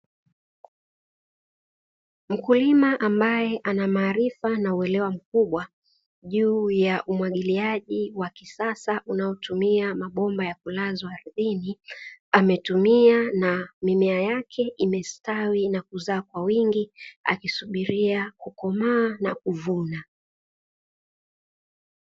Mkulima ambaye ana maarifa na uelewa mkubwa juu ya umwagiliaji wa kisasa unatumia mabomba ya kulazwa ardhini, ametumia na mimea yake imestawi na kuzaa kwa wingi akisubiria kukomaa na kuvunwa.